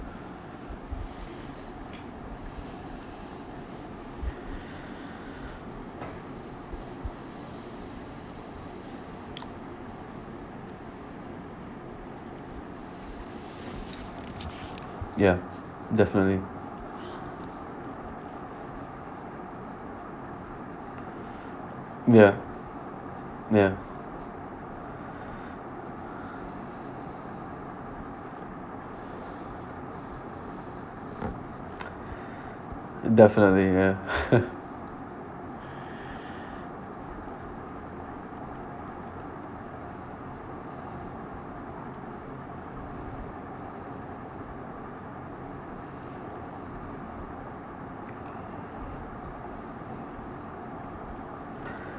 ya definitely ya ya definitely ya